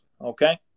okay